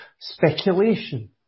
speculation